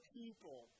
people